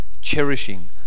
Cherishing